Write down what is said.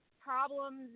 problems